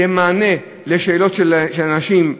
שיהיה מענה לשאלות של אנשים,